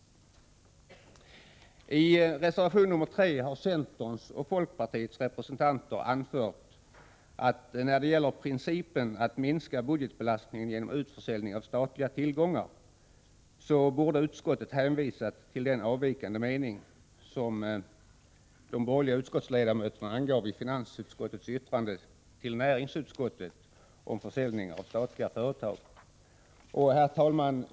I reservation nr 3 har centerns och folkpartiets representanter anfört, att när det gäller principen att minska budgetbelastningen genom utförsäljning av statliga tillgångar borde utskottet ha hänvisat till den avvikande mening som de borgerliga utskottsledamöterna avgav i finansutskottets yttrande till näringsutskottet om försäljning av statliga företag. Herr talman!